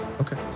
Okay